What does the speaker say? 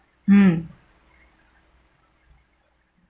mm